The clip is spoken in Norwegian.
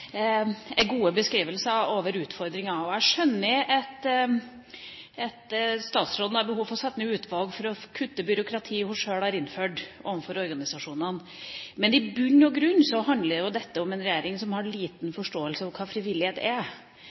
er gode beskrivelser av utfordringer, og jeg skjønner at statsråden har behov for å sette ned utvalg for å kutte byråkratiet hun sjøl har innført overfor organisasjonene. Men i bunn og grunn handler jo dette om en regjering som har liten forståelse for hva frivillighet er.